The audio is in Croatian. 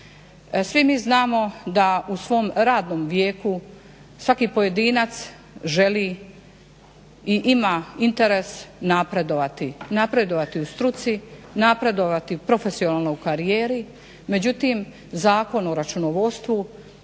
Svi mi znamo da u svom radnom vijeku svaki pojedinac želi i ima interes napredovati, napredovati u struci, napredovati profesionalno u karijeri međutim Zakon o računovodstvu